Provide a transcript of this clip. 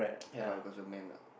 ya lah because you are man ah